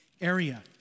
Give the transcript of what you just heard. area